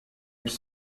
its